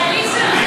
ההצעה